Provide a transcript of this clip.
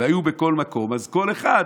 והיו בכל מקום, אז כל אחד,